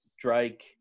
Drake